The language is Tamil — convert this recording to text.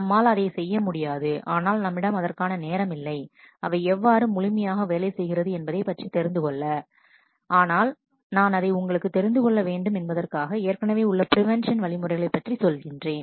நம்மால் அதை செய்ய முடியாது ஆனால் நம்மிடம் அதற்கான நேரம் இல்லை அவை எவ்வாறு முழுமையாக வேலை செய்கிறது என்பதை பற்றி அறிந்துகொள்ள ஆனால் நான் அதை உங்களுக்கு தெரிந்துகொள்ள வேண்டும் என்பதற்காக ஏற்கனவே உள்ள பிரிவென்ஷன் வழிமுறைகளை பற்றி சொல்கிறேன்